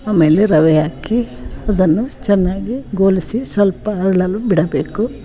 ಆಮೇಲೆ ರವೆ ಹಾಕಿ ಅದನ್ನು ಚೆನ್ನಾಗಿ ಗೋಲಿಸಿ ಸ್ವಲ್ಪ ಅರಳಲು ಬಿಡಬೇಕು